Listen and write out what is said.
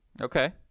Okay